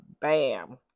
Bam